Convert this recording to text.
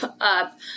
up